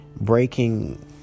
breaking